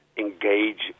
Engage